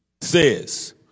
Says